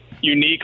unique